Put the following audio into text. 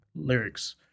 Lyrics